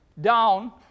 down